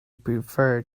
prefer